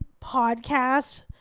podcast